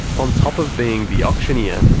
on top of being the auctioneer,